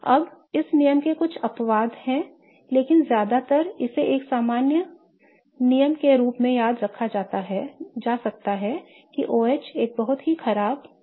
अब इस नियम के कुछ अपवाद हैं लेकिन ज्यादातर इसे एक सामान्य नियम के रूप में याद रखा जा सकता है कि OH एक बहुत बुरा लीविंग ग्रुप है